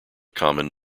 common